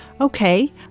okay